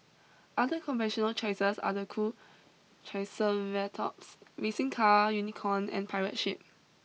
other conventional choices are the cool triceratops racing car unicorn and pirate ship